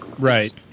Right